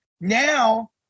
Now